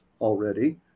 already